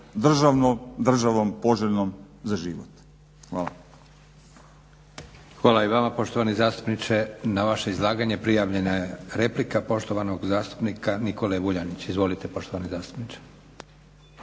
državnom, državom poželjnom za život. Hvala. **Leko, Josip (SDP)** Hvala i vama poštovani zastupniče. Na vaše izlaganje prijavljena je replika poštovanog zastupnika Nikole Vuljanića. Izvolite poštovani zastupniče.